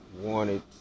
wanted